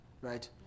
Right